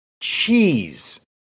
Cheese